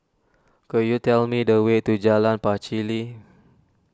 could you tell me the way to Jalan Pacheli